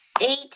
eight